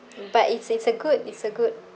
but it's it's a good it's a good